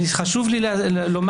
חגי מזכיר לי.